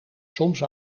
soms